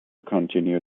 continue